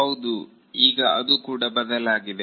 ಹೌದು ಈಗ ಅದು ಕೂಡ ಬದಲಾಗಿದೆ